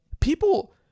People